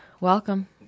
welcome